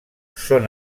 són